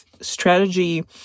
strategy